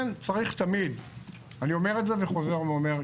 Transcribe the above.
אני אומר וחוזר ואומר,